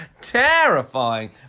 Terrifying